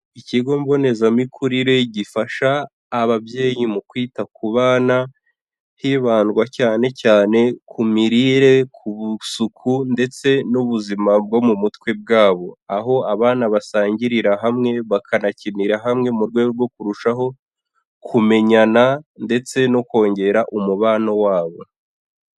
Ikigo mbonezamikurire gifasha ababyeyi mu kwita ku bana hibandwa cyane cyane ku mirire ku busuku ndetse n'ubuzima bwo mu mutwe bwabo, aho abana basangirira hamwe bakanakinira hamwe mu rwego rwo kurushaho kumenyana ndetse no kongera umubano wabo.